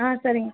ஆ சரிங்க